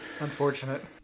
Unfortunate